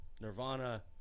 Nirvana